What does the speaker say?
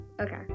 Okay